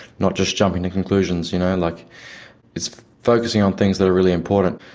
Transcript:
not just jumping to conclusions, you know like it's focusing on things that are really important.